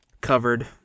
covered